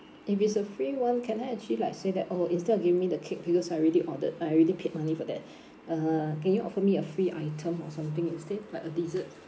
if it's a free [one] can I actually like say that orh instead of giving me the cake because I already ordered I already paid money for that uh can you offer me a free item or something instead like a dessert